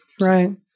Right